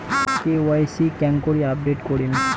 KYC কেঙ্গকরি update করিম?